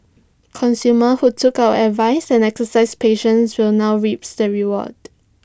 consumers who took our advice and exercised patience will now reap the rewards